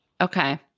Okay